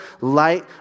light